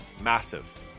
Massive